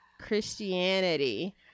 Christianity